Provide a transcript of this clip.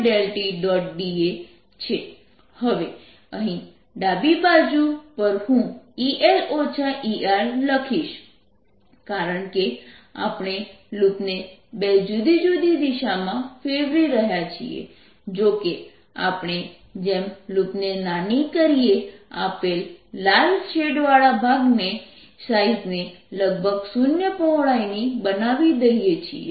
da છે અને અહીં ડાબી બાજુ પર હું EL ER લખીશ કારણકે આપણે લૂપને બે જુદી જુદી દિશામાં ફેરવી રહ્યા છીએ જો કે આપણે જેમ લૂપને નાની કરીએ આપણે લાલ શેડવાળા ભાગની સાઈઝને લગભગ શૂન્ય પહોળાઈની બનાવી દઈએ છીએ